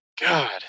God